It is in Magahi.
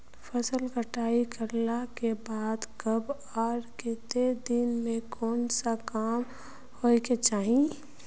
फसल कटाई करला के बाद कब आर केते दिन में कोन सा काम होय के चाहिए?